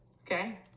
okay